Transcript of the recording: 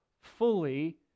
fully